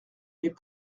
mais